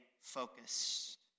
focused